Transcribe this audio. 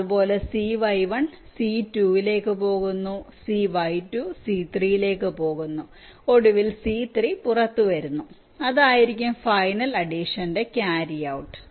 അതുപോലെ CY1 C2 ലേക്ക് പോകുന്നു CY2 C3 ലേക്ക് പോകുന്നു ഒടുവിൽ CY3 പുറത്തുവരുന്നു അതായിരിക്കും ഫൈനൽ അഡിഷന്റെ ക്യാരി ഔട്ട്